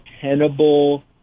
Tenable